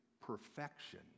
perfection